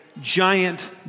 giant